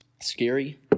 scary